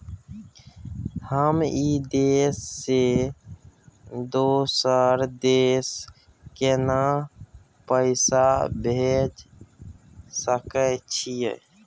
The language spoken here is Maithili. हम ई देश से दोसर देश केना पैसा भेज सके छिए?